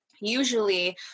Usually